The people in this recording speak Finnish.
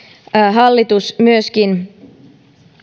hallitus myöskin